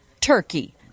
turkey